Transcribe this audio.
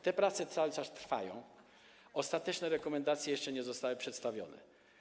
Te prace cały czas trwają, ostateczne rekomendacje jeszcze nie zostały przedstawione.